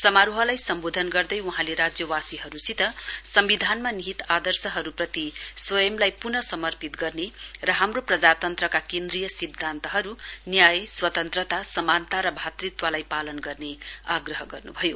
समारोहलाई सम्वोधन गर्दै वहाँले राज्यवासीहरुसित सम्विधानमा निहीत आदर्शहरुप्रति स्वयंलाई प्न समर्पित गर्ने र हाम्रो प्रजातन्त्रका केन्द्रीय सिध्दान्तहरु न्याय स्वतन्त्रता समानता र बन्ध्त्वलाई पालन गर्ने आग्रह गर्न्भयो